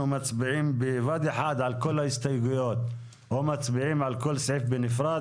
מצביעים בבת אחת על כל ההסתייגויות או מצביעים על כל סעיף בנפרד,